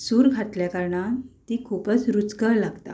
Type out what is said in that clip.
सूर घातल्या कारणान तीं खूबच रूचकार लागता